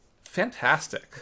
Fantastic